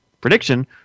prediction